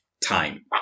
time